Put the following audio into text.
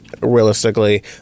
realistically